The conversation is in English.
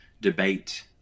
debate